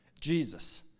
Jesus